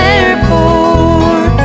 Airport